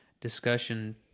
discussion